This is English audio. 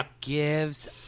gives